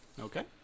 Okay